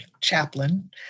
chaplain